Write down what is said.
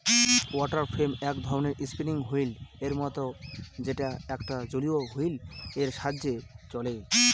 water frame এক ধরনের spinning wheel এর মত যেটা একটা জলীয় হুইল এর সাহায্যে চলে